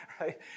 right